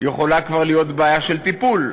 יכולה כבר להיות בעיה של טיפול,